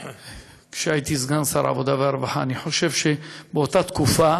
כשהייתי סגן שר העבודה והרווחה, באותה תקופה